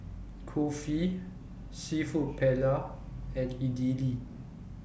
Kulfi Seafood Paella and Idili